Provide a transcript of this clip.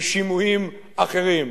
בשימועים אחרים,